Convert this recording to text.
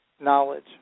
knowledge